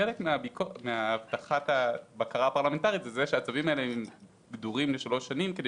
חלק מהבקרה הפרלמנטרית היא הגבלת הצווים לשלוש שנים כדי